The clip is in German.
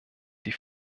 die